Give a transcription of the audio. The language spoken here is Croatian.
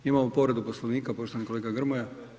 Imamo povredu Poslovnika, poštovani kolega Grmoja.